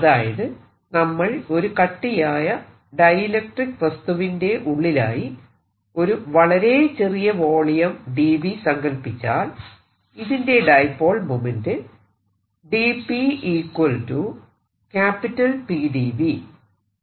അതായത് നമ്മൾ ഒരു കട്ടിയായ ഡൈഇലക്ട്രിക്ക് വസ്തുവിന്റെ ഉള്ളിലായി ഒരു വളരെ ചെറിയ വോളിയം dV സങ്കല്പിച്ചാൽ ഇതിന്റെ ഡൈപോൾ മോമെന്റ്റ്